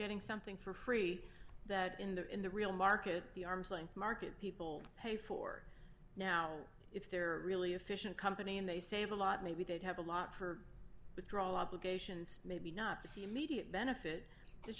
getting something for free that in the in the real market the arm's length market people pay for now if they're really efficient company and they save a lot maybe they'd have a lot for withdrawal obligations maybe not the immediate benefit